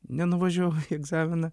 nenuvažiavau į egzaminą